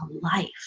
life